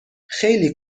خیلی